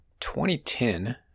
2010